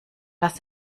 das